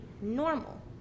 normal